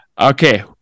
Okay